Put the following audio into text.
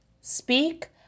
Speak